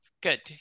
Good